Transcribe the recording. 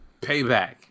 Payback